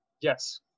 Yes